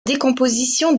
décomposition